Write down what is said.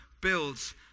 builds